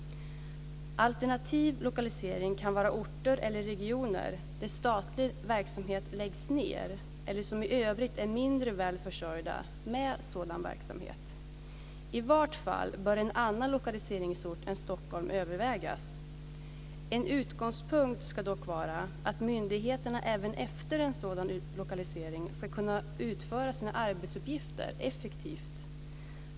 Alternativ lokalisering kan vara orter eller regioner där statlig verksamhet läggs ned eller som i övrigt är mindre väl försörjda med sådan verksamhet. I varje fall bör en annan lokaliseringsort än Stockholm övervägas. En utgångspunkt ska dock vara att myndigheterna även efter en sådan lokalisering ska kunna utföra sina arbetsuppgifter effektivt.